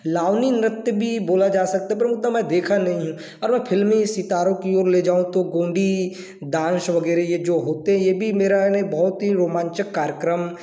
लावणी नृत्य भी बोला जा सकता है पर मैं उतना देखा नहीं हूँ अगर फिल्मी सितारों की ओर ले जाऊँ तो गोंडी डांस वगैरह ये जो होते हैं यह भी मेरा यानि बहुत ही रोमांचक कार्यक्रम